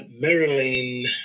Marilyn